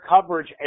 coverage